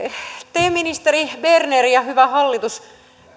te ministeri berner ja hyvä hallitus